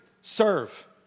serve